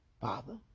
Father